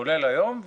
כולל היום,